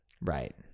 Right